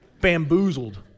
Bamboozled